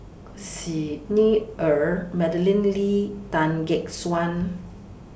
Xi Ni Er Madeleine Lee Tan Gek Suan